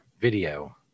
video